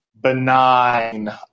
benign